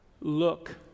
look